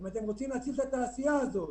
אם אתם רוצים להציל את התעשייה הזו.